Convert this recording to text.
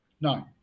No